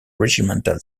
regimental